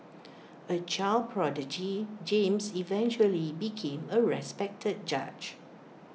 A child prodigy James eventually became A respected judge